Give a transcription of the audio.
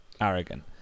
arrogant